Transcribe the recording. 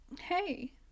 hey